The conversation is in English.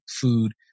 food